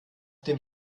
dem